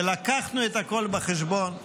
ולקחנו את הכול בחשבון.